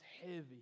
heavy